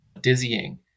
dizzying